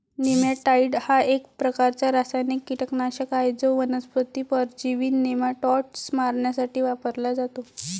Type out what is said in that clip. नेमॅटाइड हा एक प्रकारचा रासायनिक कीटकनाशक आहे जो वनस्पती परजीवी नेमाटोड्स मारण्यासाठी वापरला जातो